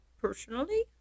personally